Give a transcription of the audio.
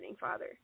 Father